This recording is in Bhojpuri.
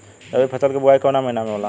रबी फसल क बुवाई कवना महीना में होला?